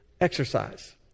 exercise